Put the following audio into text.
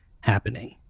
happening